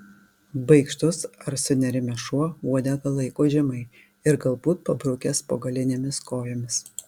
baikštus ar sunerimęs šuo uodegą laiko žemai ir galbūt pabrukęs po galinėmis kojomis